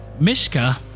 Mishka